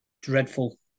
Dreadful